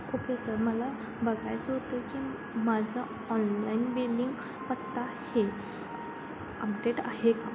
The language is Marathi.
ओके सर मला बघायचं होतं की माझं ऑनलाईन बिलिंग पत्ता हे अपडेट आहे का